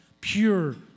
pure